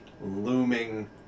looming